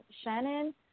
Shannon